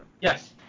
Yes